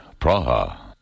Praha